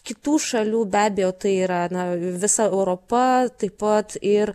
kitų šalių be abejo tai yra na visa europa taip pat ir